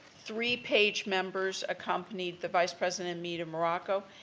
three-page members accompanied the vice-president and me to morocco,